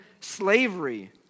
slavery